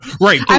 right